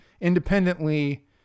independently